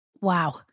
wow